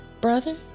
brother